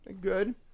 good